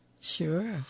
Sure